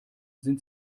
sind